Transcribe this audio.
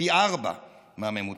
פי ארבעה מהממוצע.